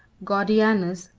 gordianus,